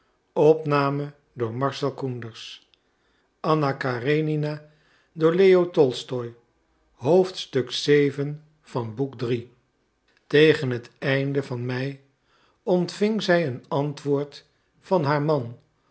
tegen het einde van mei ontving zij een antwoord van haar man